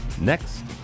next